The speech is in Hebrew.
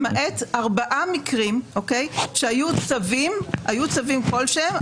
למעט ארבעה מקרים שהיו צווים כלשהם,